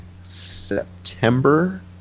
September